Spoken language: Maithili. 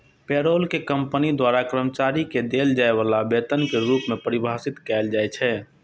पेरोल कें कंपनी द्वारा कर्मचारी कें देल जाय बला वेतन के रूप मे परिभाषित कैल जाइ छै